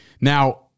Now